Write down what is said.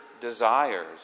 desires